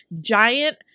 giant